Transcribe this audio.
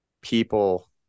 people